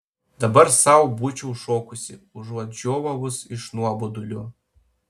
dabar sau būčiau šokusi užuot žiovavus iš nuobodulio